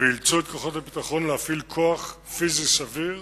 ואילצו את כוחות הביטחון להפעיל כוח פיזי סביר